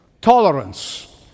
Tolerance